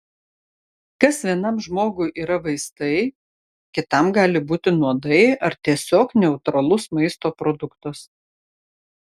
kas vienam žmogui yra vaistai kitam gali būti nuodai ar tiesiog neutralus maisto produktas